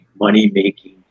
money-making